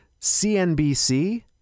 CNBC